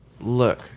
Look